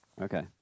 Okay